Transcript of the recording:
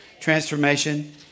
Transformation